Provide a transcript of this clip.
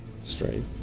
straight